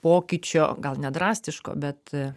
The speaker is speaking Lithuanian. pokyčio gal ne drastiško bet